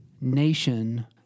nation